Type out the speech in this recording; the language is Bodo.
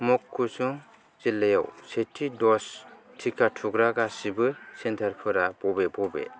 मककुसुं जिल्लायाव सेथि दज टिका थुग्रा गासिबो सेन्टारफोरा बबे बबे